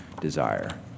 desire